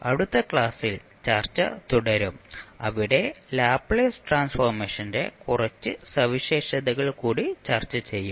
അടുത്ത ക്ലാസ്സിൽ ചർച്ച തുടരും അവിടെ ലാപ്ലേസ് ട്രാൻസ്ഫോർമേഷന്റെ കുറച്ച് സവിശേഷതകൾ കൂടി ചർച്ച ചെയ്യും